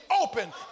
open